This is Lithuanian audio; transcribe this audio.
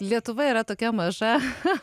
lietuva yra tokia maža cha